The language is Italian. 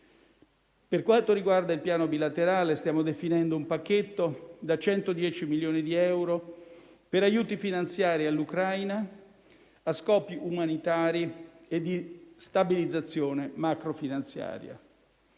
Per quanto riguarda il piano bilaterale, stiamo definendo un pacchetto da 110 milioni di euro per aiuti finanziari all'Ucraina a scopi umanitari e di stabilizzazione macrofinanziaria,